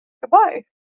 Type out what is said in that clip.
Goodbye